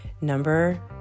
number